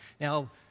Now